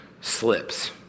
slips